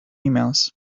emails